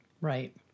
Right